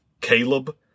Caleb